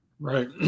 Right